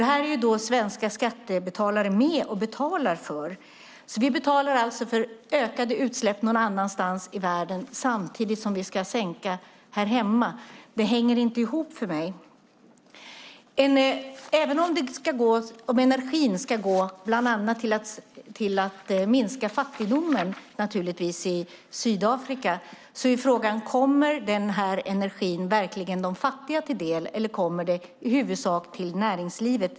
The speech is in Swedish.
Detta är svenska skattebetalare med och betalar för. Vi betalar alltså för ökade utsläpp någon annanstans i världen samtidigt som vi ska sänka utsläppen här hemma. Det hänger inte ihop för mig. Även om energin bland annat ska gå till att minska fattigdomen i Sydafrika är frågan: Kommer den här energin verkligen de fattiga till del, eller kommer den i huvudsak till näringslivet?